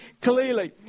clearly